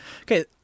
Okay